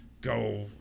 go